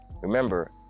Remember